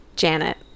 Janet